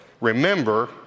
Remember